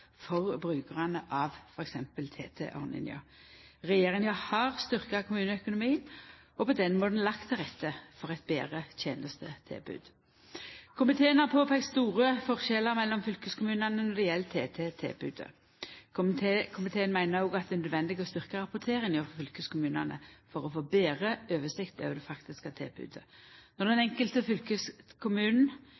for brukarane av f.eks. TT-ordninga. Regjeringa har styrkt kommuneøkonomien og på den måten lagt til rette for eit betre tenestetilbod. Komiteen har påpeika store forskjellar mellom fylkeskommunane når det gjeld TT-tilbodet. Komiteen meiner òg at det er nødvendig å styrkja rapporteringa frå fylkeskommunane for å få betre oversikt over det faktiske tilbodet. Når den